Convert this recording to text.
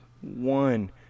One